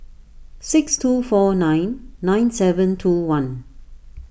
six two four nine nine seven two one